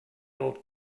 old